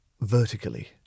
vertically